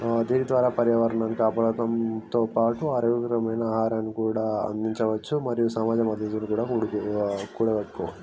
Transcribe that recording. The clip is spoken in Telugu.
దీని ద్వారా పర్యావరణాన్ని కాపాడటంతో పాటు ఆరోగ్యకరమైన ఆహారాన్ని కూడా అందించవచ్చు మరియు సమాజ మద్దతును కూడా కూడగట్టుకోవచ్చు